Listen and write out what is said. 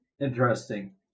interesting